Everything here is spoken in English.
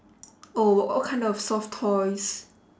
oh what kind of soft toys